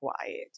quiet